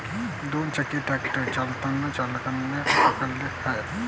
दुचाकी ट्रॅक्टर चालताना चालकाने पकडला आहे